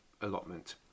allotment